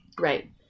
Right